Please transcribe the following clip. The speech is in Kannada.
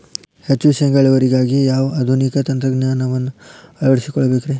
ಹೆಚ್ಚು ಶೇಂಗಾ ಇಳುವರಿಗಾಗಿ ಯಾವ ಆಧುನಿಕ ತಂತ್ರಜ್ಞಾನವನ್ನ ಅಳವಡಿಸಿಕೊಳ್ಳಬೇಕರೇ?